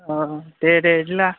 औ दे दे बिदिब्ला